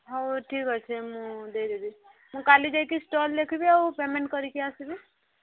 ହଉ ଠିକ ଅଛି ମୁଁ ଦେଇଦେବି ମୁଁ କାଲି ଯାଇକି ଷ୍ଟଲ୍ ଦେଖିବି ଆଉ ପେମେଣ୍ଟ୍ କରିକି ଆସିବି